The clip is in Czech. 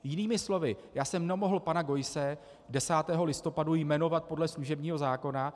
Jinými slovy, já jsem nemohl pana Geusse 10. listopadu jmenovat podle služebního zákona.